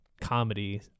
comedy